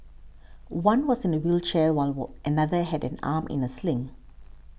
one was in a wheelchair while war another had an arm in a sling